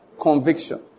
conviction